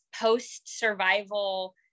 post-survival